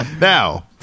Now